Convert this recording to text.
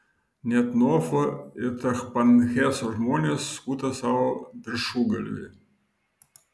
net nofo ir tachpanheso žmonės skuta savo viršugalvį